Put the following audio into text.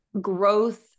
growth